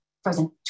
Frozen